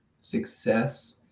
success